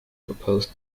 proposed